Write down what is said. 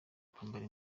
kwambara